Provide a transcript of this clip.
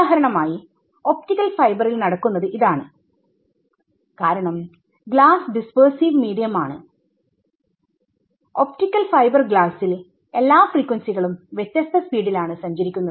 ഉദാഹരണമായി ഒപ്റ്റിക്കൽ ഫൈബറിൽനടക്കുന്നത് ഇതാണ് കാരണം ഗ്ലാസ് ഡിസ്പെർസീവ് മീഡിയം ആണ് ഒപ്റ്റിക്കൽ ഫൈബർ ഗ്ലാസിൽഎല്ലാ ഫ്രീക്വൻസികളും വ്യത്യസ്ത സ്പീഡിൽ ആണ് സഞ്ചരിക്കുന്നത്